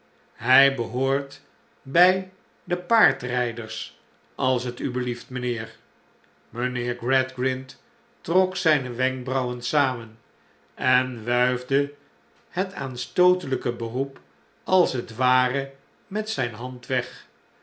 hij behoort bij de paardrijders als het u belieft mijnheer mijnheer gradgrind trok zijne wenkbrauwen samen en wuifde het aanstootelijke beroep als het ware met zijne hand weg